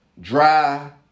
dry